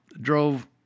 drove